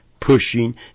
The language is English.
pushing